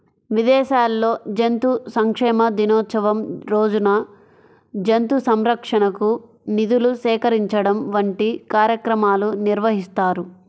విదేశాల్లో జంతు సంక్షేమ దినోత్సవం రోజున జంతు సంరక్షణకు నిధులు సేకరించడం వంటి కార్యక్రమాలు నిర్వహిస్తారు